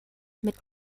mit